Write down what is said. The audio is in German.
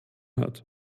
hat